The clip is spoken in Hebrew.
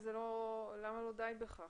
למה לא די בכך?